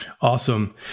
Awesome